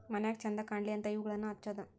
ಮನ್ಯಾಗ ಚಂದ ಕಾನ್ಲಿ ಅಂತಾ ಇವುಗಳನ್ನಾ ಹಚ್ಚುದ